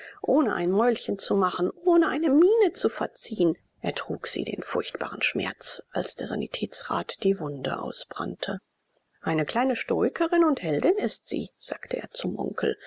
ohne ein mäulchen zu machen ohne eine miene zu verziehen ertrug sie den furchtbaren schmerz als der sanitätsrat die wunde ausbrannte eine kleine stoikerin und heldin ist sie sagte er zum onkel